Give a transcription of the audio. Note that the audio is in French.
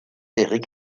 éric